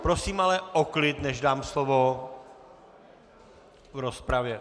Prosím ale o klid, než dám slovo v rozpravě.